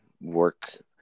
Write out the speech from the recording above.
work